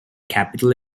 capital